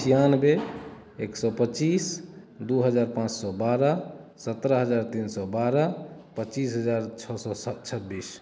छिआनबे एक सए पचीस दू हजार पाँच सए बारह सत्रह हजार तीन सए बारह पचीस हजार छओ सए छब्बीस